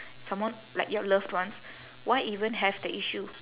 someone like your loved ones why even have that issue